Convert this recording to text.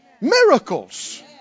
miracles